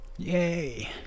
Yay